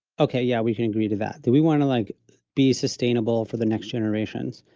okay, yeah, we can agree to that. do we want to like be sustainable for the next generations?